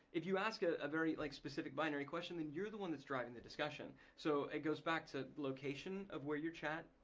if you ask a very like specific binary question then you're the one that's driving the discussion so it goes back to location of where your chat,